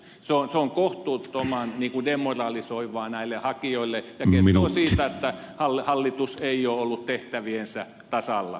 se on kohtuuttoman demoralisoivaa näille hakijoille ja kertoo siitä että hallitus ei ole ollut tehtäviensä tasalla